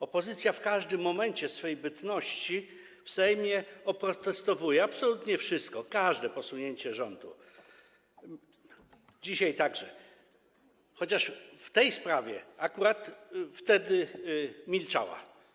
Opozycja w każdym momencie swej bytności w Sejmie oprotestowuje absolutnie wszystko, każde posunięcie rządu, dzisiaj także, chociaż w tej sprawie akurat wtedy milczała.